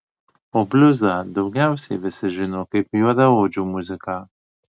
o bliuzą daugiausiai visi žino kaip juodaodžių muziką